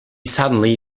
suddenly